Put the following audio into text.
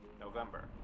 November